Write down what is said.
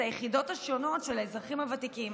את היחידות השונות של האזרחים הוותיקים,